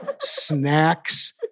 snacks